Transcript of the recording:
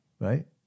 right